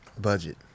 Budget